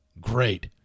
Great